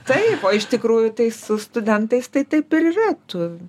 taip o iš tikrųjų tai su studentais tai taip ir yra tu